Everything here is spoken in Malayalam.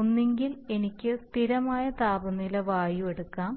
ഒന്നുകിൽ എനിക്ക് സ്ഥിരമായ താപനില വായു എടുക്കാം